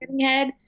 head